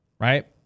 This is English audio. Right